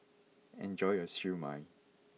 enjoy your Siew Mai